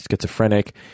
schizophrenic